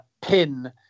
pin